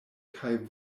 kaj